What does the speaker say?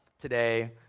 today